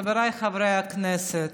חבריי חברי הכנסת,